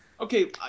Okay